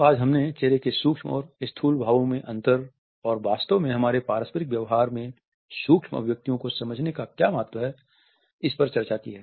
तो आज हमने चेहरे के सूक्ष्म और स्थूल भावों में अंतर और वास्तव में हमारे पारस्परिक व्यवहार में सूक्ष्म अभिव्यक्तियों को समझने का क्या महत्व है पर चर्चा की है